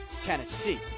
Tennessee